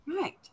Right